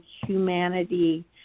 humanity